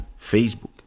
Facebook